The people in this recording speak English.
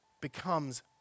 becomes